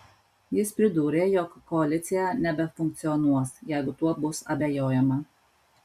jis pridūrė jog koalicija nebefunkcionuos jeigu tuo bus abejojama